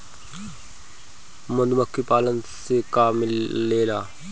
मधुमखी पालन से का मिलेला?